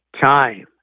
time